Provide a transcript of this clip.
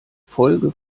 folge